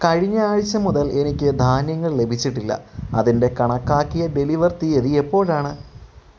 കഴിഞ്ഞ ആഴ്ച്ച മുതൽ എനിക്ക് ധാന്യങ്ങൾ ലഭിച്ചിട്ടില്ല അതിൻ്റെ കണക്കാക്കിയ ഡെലിവർ തീയതി എപ്പോഴാണ്